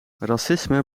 racisme